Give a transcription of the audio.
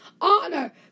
honor